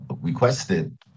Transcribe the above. requested